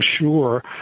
sure